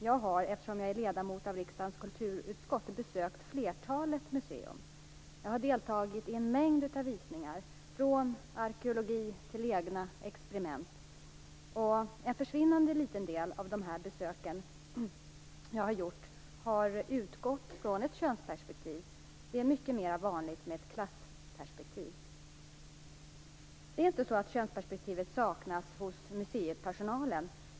Jag har, eftersom jag är ledamot av riksdagens kulturutskott, besökt flertalet museer. Jag har deltagit i en mängd visningar. Det har gällt allt från arkeologi till egna experiment. En försvinnande liten del av det jag har sett vid dessa besök har utgått från ett könsperspektiv. Det är mycket vanligare med ett klassperspektiv. Det är inte så att könsperspektivet saknas hos museipersonalen.